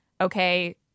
Okay